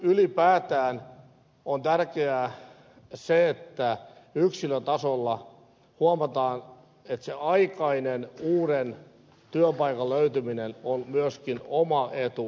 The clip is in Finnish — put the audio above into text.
ylipäätään on tärkeää se että yksilön tasolla huomataan että se aikainen uuden työpaikan löytyminen on myöskin oma etu